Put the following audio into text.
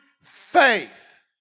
faith